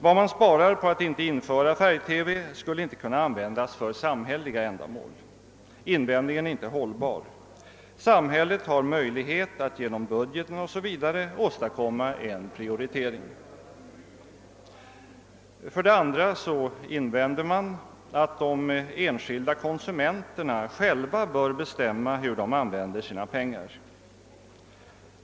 Vad man sparar på att inte införa färg-TV skulle inte kunna användas för samhälleliga ändamål. Denna invändning är inte hållbar. Samhället har möjlighet att bl.a. genom budgeten åstadkomma en prioritering. För det andra invänds att de enskilda konsumenterna själva bör bestämma hur de vill använda sina pengar.